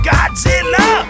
Godzilla